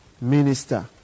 minister